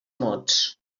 mots